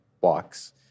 walks